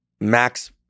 max